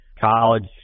college